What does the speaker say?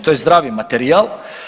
To je zdravi materijal.